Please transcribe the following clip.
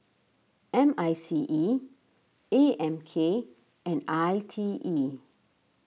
M I C E A M K and I T E